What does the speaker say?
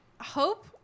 Hope